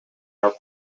are